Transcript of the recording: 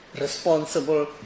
responsible